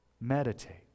Meditate